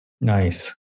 Nice